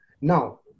now